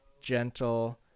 gentle